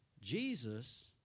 Jesus